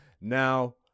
Now